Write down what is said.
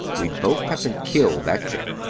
we'd both have been killed that trip.